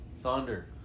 Thunder